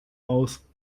aus